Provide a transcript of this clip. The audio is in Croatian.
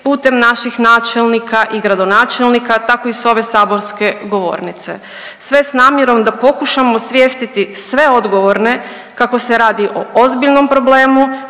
putem naših načelnika i gradonačelnika tako i s ove saborske govornice, sve s namjerom da pokušamo osvijestiti sve odgovorne kako se radi o ozbiljno problemu